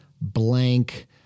blank